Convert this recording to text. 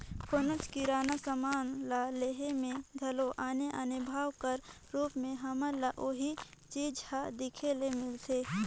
कोनोच किराना समान ल लेहे में घलो आने आने भाव कर रूप में हमन ल ओही चीज हर देखे ले मिलथे